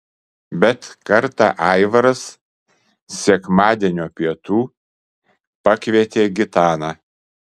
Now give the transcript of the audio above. bet kartą aivaras sekmadienio pietų pakvietė gitaną